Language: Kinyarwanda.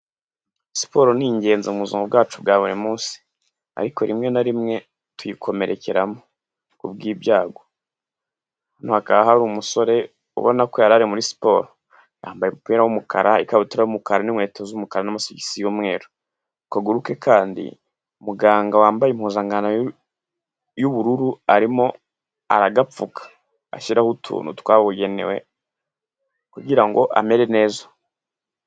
Siporo ni ingenzi mu buzima bwacu bwa buri munsi, ariko rimwe na rimwe tuyikomerekeramo kubwibyago, hano hakaba hari umusore ubona ko yari ari muri siporo, yambaye umupira w'umukara, ikabutura y'umukara n'inkweto z'umukara, n'amasogisi y'umweru, akaguru ke kandi, muganga wambaye impuzankano y'ubururu, arimo aragapfuka, ashyiraho utuntu twabugenewe kugira ngo amere neza.